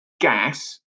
gas